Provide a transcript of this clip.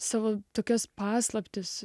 savo tokias paslaptis